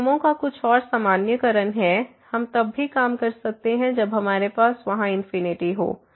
इन नियमों का कुछ और सामान्यीकरण है हम तब भी काम कर सकते हैं जब हमारे पास वहाँ इंफिनिटी हों